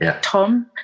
Tom